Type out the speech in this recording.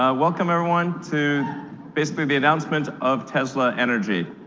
ah welcome everyone to basically the announcement of tesla energy.